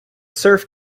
surf